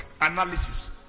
analysis